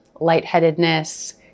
lightheadedness